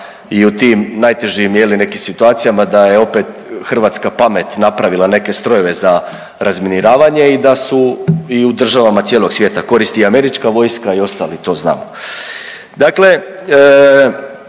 i u tim najtežim je li nekim situacijama da je opet hrvatska pamet napravila neke strojeve za razminiravanje i da su i u državama cijelog svijeta koristi i američka vojska i ostali to znamo.